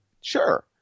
sure